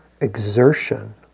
exertion